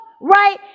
right